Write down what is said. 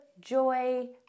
joy